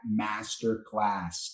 Masterclass